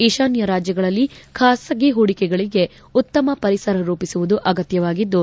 ಈಶಾನ್ಲ ರಾಜ್ಯಗಳಲ್ಲಿ ಖಾಸಗಿ ಹೂಡಿಕೆಗಳಿಗೆ ಉತ್ತಮ ಪರಿಸರ ರೂಪಿಸುವುದು ಅಗತ್ತವಾಗಿದ್ದು